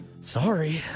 Sorry